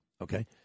okay